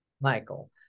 michael